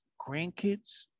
grandkids